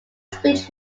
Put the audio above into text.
speech